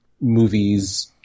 movies